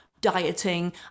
dieting